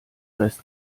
rest